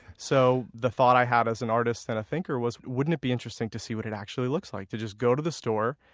so the thought i had as an artist and a thinker was, wouldn't it be interesting to see what it actually looks like? to just go to the store,